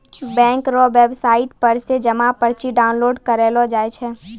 bank रो website पर से जमा पर्ची डाउनलोड करेलो जाय छै